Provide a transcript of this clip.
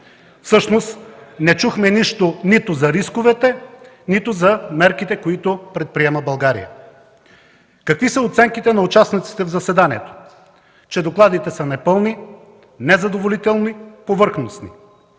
Всъщност не чухме нищо нито за рисковете, нито за мерките, които предприема България. Какви са оценките на участниците в заседанието? Докладите са непълни, незадоволителни, повърхностни.